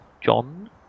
John